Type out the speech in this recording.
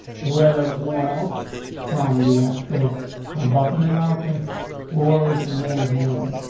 whether more out from the actual um button, anarchist, or we can move it. morning.